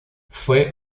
fue